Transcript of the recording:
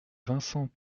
vincent